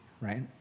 right